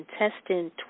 intestine